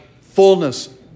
fullness